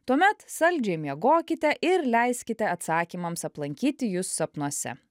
tuomet saldžiai miegokite ir leiskite atsakymams aplankyti jus sapnuose